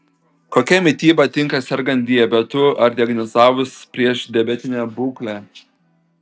kokia mityba tinka sergant diabetu ar diagnozavus priešdiabetinę būklę